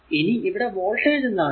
ഇനി ഇവിടെ വോൾടേജ് എന്താണ്